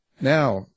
now